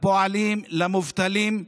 לפועלים, למובטלים,